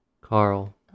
Carl